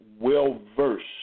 well-versed